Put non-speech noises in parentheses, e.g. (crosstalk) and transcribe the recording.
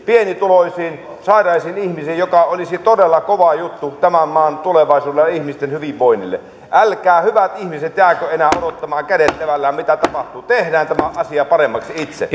pienituloisiin sairaisiin ihmisiin mikä olisi todella kova juttu tämän maan tulevaisuudelle ja ihmisten hyvinvoinnille älkää hyvät ihmiset jääkö enää odottamaan kädet levällään mitä tapahtuu tehdään tämä asia paremmaksi itse (unintelligible)